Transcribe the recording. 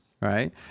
right